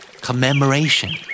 Commemoration